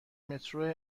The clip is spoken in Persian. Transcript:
مترو